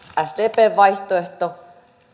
sdpn vaihtoehto